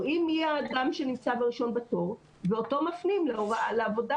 רואים מי האדם שנמצא הראשון בתור ואותו מפנים לעבודה.